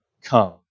come